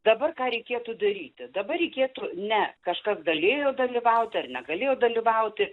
dabar ką reikėtų daryti dabar reikėtų ne kažkas galėjo dalyvauti ar negalėjo dalyvauti